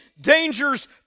dangers